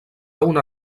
una